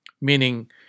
Meaning